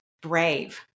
brave